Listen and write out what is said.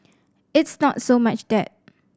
it's not so much that